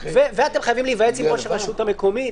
ואתם חייבים להיוועץ עם ראש הרשות המקומית.